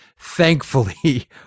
thankfully